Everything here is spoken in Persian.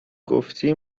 گفتی